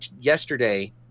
Yesterday